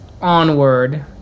onward